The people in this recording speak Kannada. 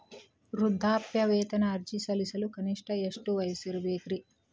ವೃದ್ಧಾಪ್ಯವೇತನ ಅರ್ಜಿ ಸಲ್ಲಿಸಲು ಕನಿಷ್ಟ ಎಷ್ಟು ವಯಸ್ಸಿರಬೇಕ್ರಿ?